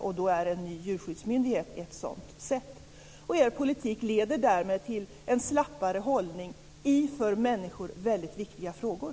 Och då är en ny djurskyddsmyndighet ett sådant sätt. Er politik leder därmed till en slappare hållning i för människor väldigt viktiga frågor.